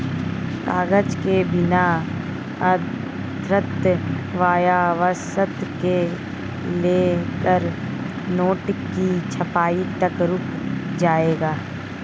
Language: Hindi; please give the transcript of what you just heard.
कागज के बिना अर्थव्यवस्था से लेकर नोट की छपाई तक रुक जाएगा